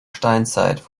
steinzeit